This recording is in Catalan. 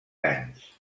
anys